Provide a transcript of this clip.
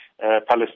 Palestine